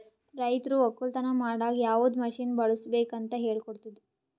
ರೈತರು ಒಕ್ಕಲತನ ಮಾಡಾಗ್ ಯವದ್ ಮಷೀನ್ ಬಳುಸ್ಬೇಕು ಅಂತ್ ಹೇಳ್ಕೊಡ್ತುದ್